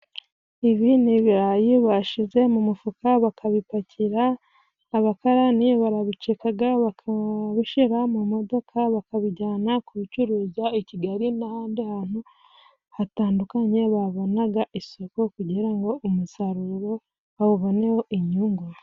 Ibi n'ibirayi bashize mu mufuka bakabipakira , abakarani barabicekaga bakabishira mu modoka bakabijyana kubicuruza i kigali n'ahandi hantu hatandukanye babonaga isoko , kugira ngo umusaruro bawuboneho inyungu.